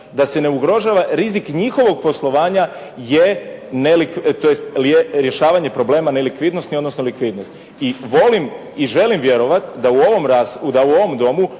da se ne ugrožava rizik njihovog poslovanja je, tj. rješavanje problema nelikvidnosti odnosno likvidnosti. I volim i želim vjerovati da u ovom, da u